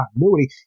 continuity